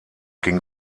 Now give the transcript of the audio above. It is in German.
ging